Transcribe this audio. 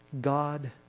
God